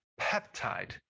peptide